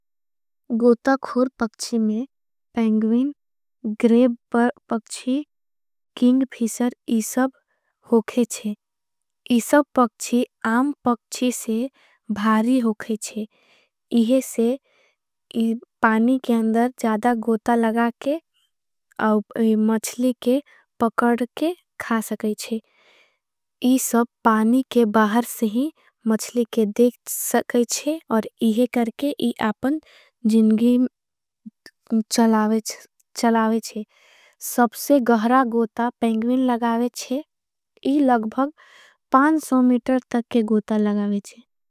गोता खूर पक्ची में, पेंग्विन, ग्रेब पक्ची, किंग भीशर इसब होखे जए। इसब पक्ची, आम पक्ची से भारी होखे जए। इहे से पानी के अंदर ज़्यादा गोता लगा के, मछली के पकड के खा सके जए। इसब पानी के बाहर से ही मछली के देख सके ज़्यादा गोता लगा। ई सब करके ई जिंदगी छलावे छे। सबसे लंबा गोता पेंगविन लगावे छे।